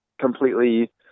completely